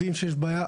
יודעים שיש בעיה,